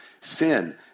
sin